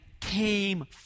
came